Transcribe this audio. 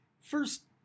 first